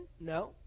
No